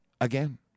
again